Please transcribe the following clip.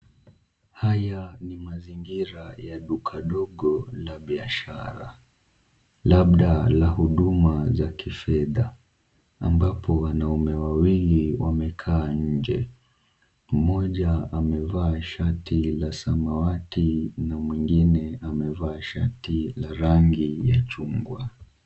Haya ni mazingira ya duka dogo la biashara, labda la huduma za kifedha ambapo wanaume wawili wamekaa nje. Mmoja amevaa shati la samawati na mwingine amevaa shati la rangi ya chungwa.